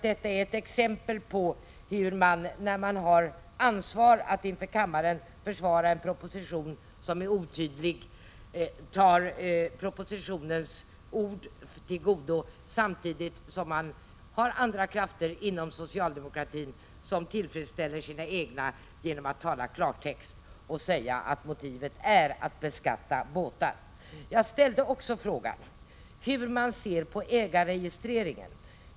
Detta är ett exempel på hur man, när man har ansvar att inför kammaren försvara en proposition som är otydlig, håller sig till propositionens ord. Samtidigt har man inom socialdemokratin andra krafter som tillfredsställer de egna genom att tala klartext och säga att motivet för förslaget är att åstadkomma en beskattning av båtar. Jag ställde också frågan om hur man ser på ägarregistreringen.